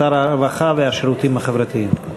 שר הרווחה והשירותים החברתיים.